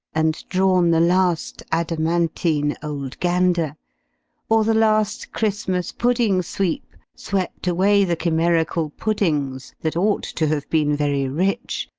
and drawn the last adamantine old gander or the last christmas-pudding-sweep swept away the chimerical puddings, that ought to have been very rich,